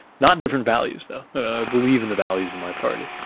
not different values, though. i believe in the values of my party.